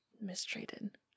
mistreated